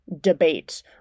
debate